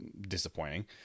disappointing